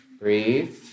Breathe